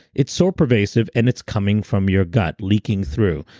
it's so pervasive and it's coming from your gut leaking through.